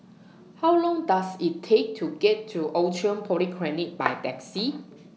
How Long Does IT Take to get to Outram Polyclinic By Taxi